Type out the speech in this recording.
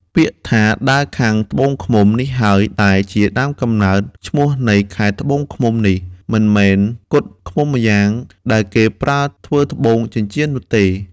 ពាក្យថា “ដើរខាងត្បូងឃ្មុំ” នេះហើយ ដែលជាដើមកំណើតឈ្មោះនៃខេត្តត្បូងឃ្មុំនេះ មិនមែនគជ់ឃ្មុំម៉្យាង ដែលគេប្រើធ្វើត្បូងចិញ្ចៀននោះទេ ។